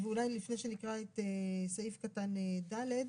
ואולי לפני שנקרא את סעיף קטן (ד)